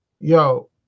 yo